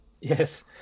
Yes